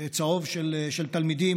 צהוב של תלמידים,